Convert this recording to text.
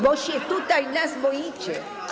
Bo się tutaj nas boicie.